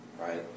right